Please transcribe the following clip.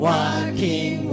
Walking